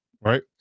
right